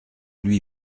lui